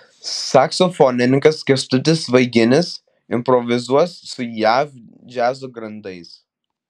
saksofonininkas kęstutis vaiginis improvizuos su jav džiazo grandais